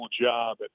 job